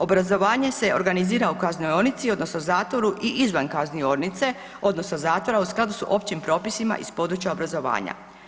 Obrazovanje se organizira u kaznionici odnosno zatvoru i izvan kaznionice, odnosno zatvora u skladu sa općim propisima iz područja obrazovanja.